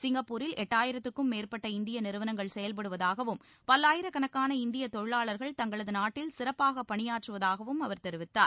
சிங்கப்பூரில் எட்டாயிரத்திற்கும் மேற்பட்ட இந்திய நிறுவனங்கள் செயல்படுவதாகவும் பல்லாயிரக்கணக்கான இந்தியத் தொழிலாளர்கள் தங்களது நாட்டில் சிறப்பாகப் பணியாற்றுவதாகவும் அவர் தெரிவித்தார்